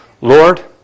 Lord